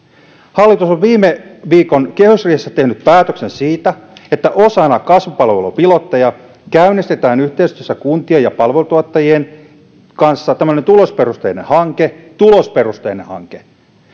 hallitus on viime viikon kehysriihessä tehnyt päätöksen siitä että osana kasvupalvelupilotteja käynnistetään yhteistyössä kuntien ja palvelutuottajien kanssa tämmöinen tulosperusteinen hanke tulosperusteinen hanke